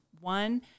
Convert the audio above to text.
one